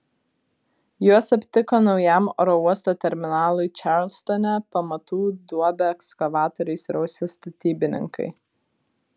juos aptiko naujam oro uosto terminalui čarlstone pamatų duobę ekskavatoriais rausę statybininkai